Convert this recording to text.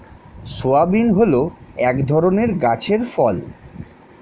soybean হল এক ধরনের গাছের ফল